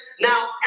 now